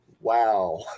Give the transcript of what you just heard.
wow